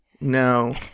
No